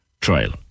trial